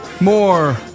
more